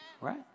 Right